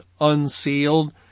unsealed